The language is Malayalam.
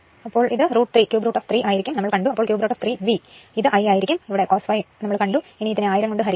അപ്പോൾ √3 V ഇത് I ആയിരിക്കും ഇത് കോസ് ഫൈ ആയിരിക്കും ഇതിനെ ഇനി 1000 കൊണ്ട് ഹരികുക